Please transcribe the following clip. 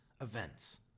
events